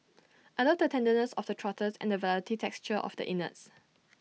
I love the tenderness of the trotters and the velvety texture of the innards